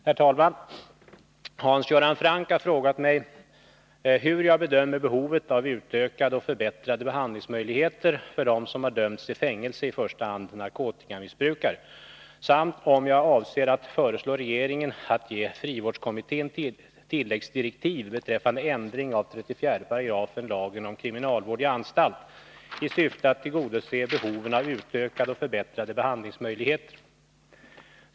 Herr talman! Hans Göran Franck har frågat mig 1. hur jag bedömer behovet av utökade och förbättrade behandlingsmöjligheter för dem som har dömts till fängelse, i första hand narkotikamissbrukare, samt 2. om jag avser att föreslå regeringen att ge frivårdskommittén tilläggsdirektiv beträffande ändring av 34 § lagen om kriminalvård i anstalt i syfte att tillgodose behoven av utökade och förbättrade behandlingsmöjligheter.